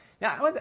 Now